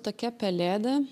tokia pelėda